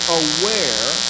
aware